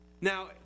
Now